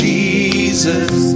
Jesus